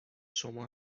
شما